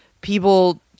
people